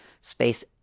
space